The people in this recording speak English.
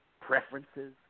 preferences